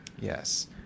Yes